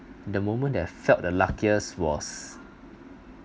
the moment that I felt the luckiest was